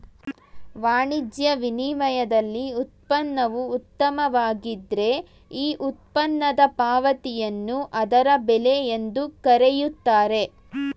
ವಾಣಿಜ್ಯ ವಿನಿಮಯದಲ್ಲಿ ಉತ್ಪನ್ನವು ಉತ್ತಮವಾಗಿದ್ದ್ರೆ ಈ ಉತ್ಪನ್ನದ ಪಾವತಿಯನ್ನು ಅದರ ಬೆಲೆ ಎಂದು ಕರೆಯುತ್ತಾರೆ